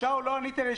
ששש.